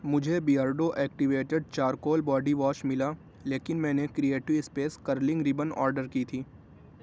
مجھے Beardo activated charcoal body wash ملا لیکن میں نے creative space curling ribbon order کی تھی